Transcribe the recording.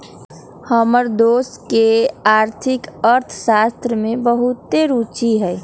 हमर दोस के आर्थिक अर्थशास्त्र में बहुते रूचि हइ